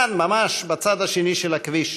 כאן, ממש בצד השני של הכביש,